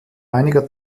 einiger